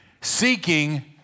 Seeking